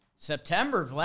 September